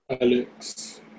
Alex